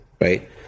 right